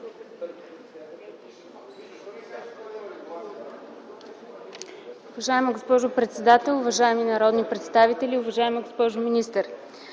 Уважаема госпожо председател, уважаеми народни представители! Уважаема госпожо министър,